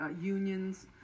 unions